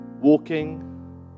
walking